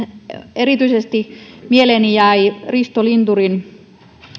erityisesti mieleeni jäi risto linturin